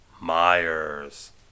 Myers